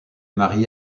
marié